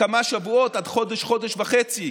כמה שבועות, עד חודש, חודש וחצי,